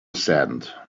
saddened